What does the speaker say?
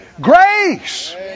grace